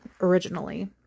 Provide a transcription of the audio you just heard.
originally